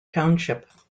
township